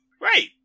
right